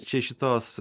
čia šitos